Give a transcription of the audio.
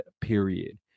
period